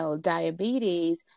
diabetes